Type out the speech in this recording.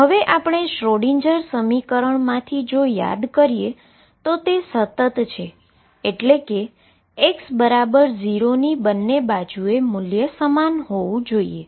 હવે આપણે શ્રોડિંજર સમીકરણમાંથી જો યાદ કરીએ તો તે સતત છે એટલે કે x0 ની બંને બાજુએ મૂલ્ય સમાન હોવું જોઈએ